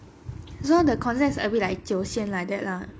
so the concept is a bit like 九仙 like that lah